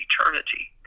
eternity